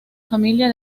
familia